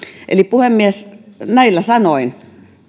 eli puhemies näillä sanoin